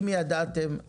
אם ידעתם,